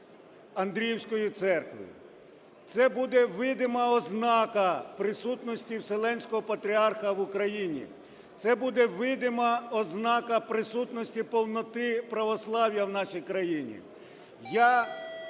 Андріївської церкви. Це буде видима ознака присутності Вселенського Патріарха в Україні, це буде видима ознака присутності повноти православ'я в нашій країні.